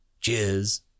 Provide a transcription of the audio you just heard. Cheers